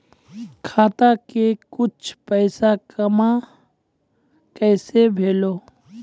खाता के कुछ पैसा काम कैसा भेलौ?